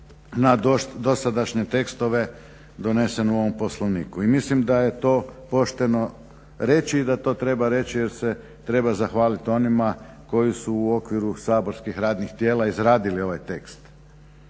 na dosadašnje tekstove donesen u ovom Poslovniku. I mislim da je to pošteno reći i da to treba reći jer se treba zahvaliti onima koji su u okviru saborskih radnih tijela izradili ovaj tekst.